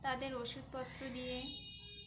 তাদের ওষুধপত্র দিয়ে